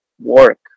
work